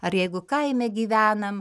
ar jeigu kaime gyvenam